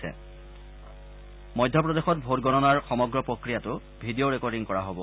আনহাতে মধ্যপ্ৰদেশত ভোটগণনাৰ সমগ্ৰ প্ৰক্ৰিয়াটো ভিডিঅ ৰেকৰ্ডিং কৰা হব